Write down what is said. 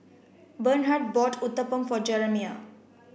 Bernhard bought Uthapam for Jeramiah